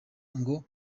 ngo